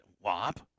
wop